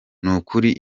nukuri